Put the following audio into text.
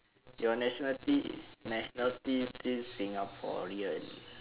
your nationality nationality still singaporean